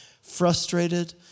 frustrated